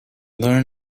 learn